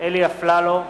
אלי אפללו,